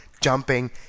jumping